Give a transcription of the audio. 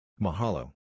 Mahalo